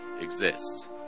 exist